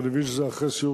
ואני מבין שזה אחרי סיור,